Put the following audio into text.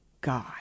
God